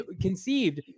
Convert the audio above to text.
conceived